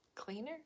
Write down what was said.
cleaner